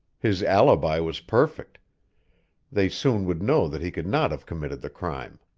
his alibi was perfect they soon would know that he could not have committed the crime.